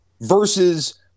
Versus